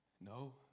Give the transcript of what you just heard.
No